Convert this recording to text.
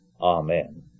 Amen